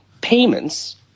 payments